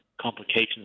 complications